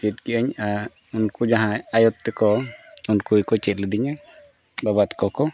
ᱪᱮᱫ ᱠᱮᱜ ᱟᱹᱧ ᱟᱨ ᱩᱱᱠᱩ ᱡᱟᱦᱟᱸᱭ ᱟᱭᱳ ᱛᱟᱠᱚ ᱩᱱᱠᱩ ᱜᱮᱠᱚ ᱪᱮᱫ ᱞᱤᱫᱤᱧᱟ ᱵᱟᱵᱟ ᱛᱟᱠᱚ ᱠᱚ